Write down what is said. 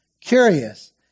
Curious